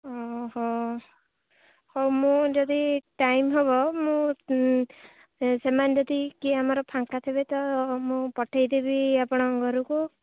ହଉ ମୁଁ ଯଦି ଟାଇମ୍ ହବ ମୁଁ ସେମାନେ ଯଦି କିଏ ଆମର ଫାଙ୍କା ଥିବେ ତ ମୁଁ ପଠେଇଦେବି ଆପଣଙ୍କ ଘରକୁ